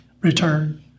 return